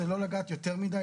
זה לא לגעת יותר מדיי,